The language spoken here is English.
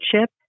chip